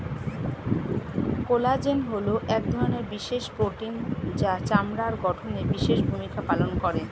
collagen হলো এক ধরনের বিশেষ প্রোটিন যা চামড়ার গঠনে বিশেষ ভূমিকা পালন করে